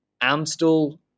Amstel